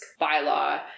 bylaw